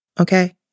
okay